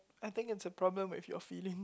I think it's a problem with your feelings